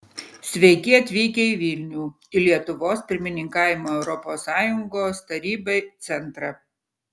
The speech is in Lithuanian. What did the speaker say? sveiki atvykę į vilnių į lietuvos pirmininkavimo europos sąjungos tarybai centrą